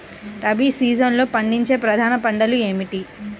రబీ సీజన్లో పండించే ప్రధాన పంటలు ఏమిటీ?